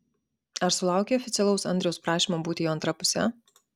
ar sulaukei oficialaus andriaus prašymo būti jo antra puse